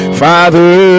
father